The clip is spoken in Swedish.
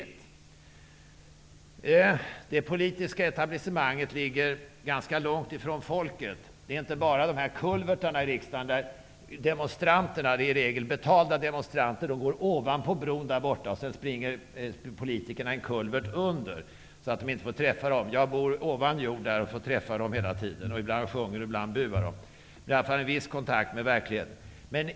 Det politiska etablissemanget befinner sig ganska långt ifrån folket -- inte bara med tanke på kulvertarna i det här huset. Demonstranterna -- i regel betalda -- går ovanpå bron, medan politikerna springer under i en kulvert, så att de skall slippa att träffa demonstranterna. Jag går ovan jord och får hela tiden träffa dem. Ibland sjunger de, ibland buar de. Men det är i alla fall en viss kontakt med verkligheten.